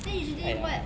then usually what